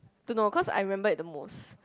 to no cause I remember it the most